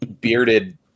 bearded